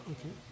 Okay